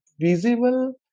visible